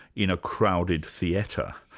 in a crowded theatre.